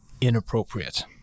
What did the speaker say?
inappropriate